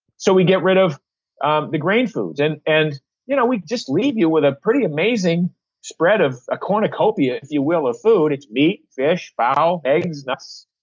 so we get rid of um the grain foods and and you know we just leave you with a pretty amazing spread of. a cornucopia if you will of food. it's meat, fish, fowl, eggs, nuts,